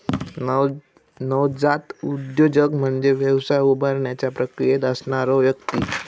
नवजात उद्योजक म्हणजे व्यवसाय उभारण्याच्या प्रक्रियेत असणारो व्यक्ती